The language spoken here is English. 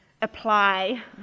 apply